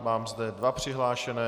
Mám zde dva přihlášené.